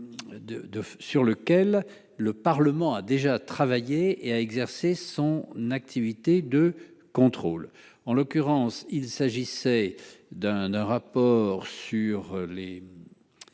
sur lequel le Parlement a déjà travaillé et à exercer son activité de contrôle, en l'occurrence il s'agissait d'un un rapport sur les